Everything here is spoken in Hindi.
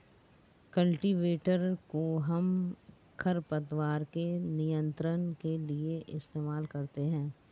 कल्टीवेटर कोहम खरपतवार के नियंत्रण के लिए इस्तेमाल करते हैं